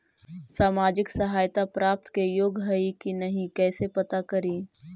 सामाजिक सहायता प्राप्त के योग्य हई कि नहीं कैसे पता करी?